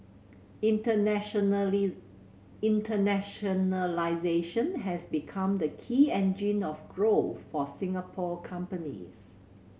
internationalisation has become the key engine of growth for Singapore companies